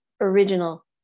original